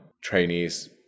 trainees